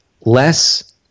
less